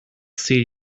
see